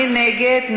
מי נגד?